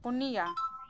ᱯᱩᱱᱭᱟ